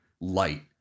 light